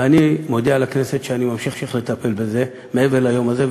ואני מודיע לכנסת שאני ממשיך לטפל בזה מעבר ליום הזה.